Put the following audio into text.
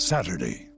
Saturday